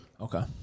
Okay